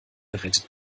rettet